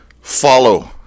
follow